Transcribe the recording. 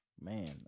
Man